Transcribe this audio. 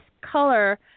color